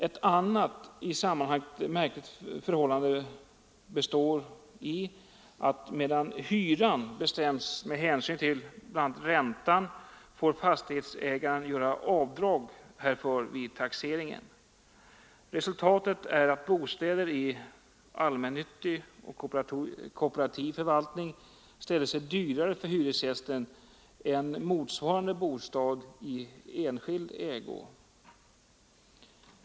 Ett annat i sammanhanget märkligt förhållande består däri, att medan hyran bestämmes med hänsyn till bl.a. räntan, får fastighetsägaren göra avdrag härför vid taxeringen. Resultatet är att bostäder i allmännyttig och kooperativ förvaltning ställer sig dyrare för hyresgästen än motsvarande bostad i enskild ägo.